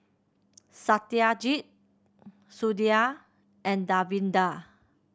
Satyajit Sudhir and Davinder